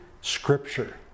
scripture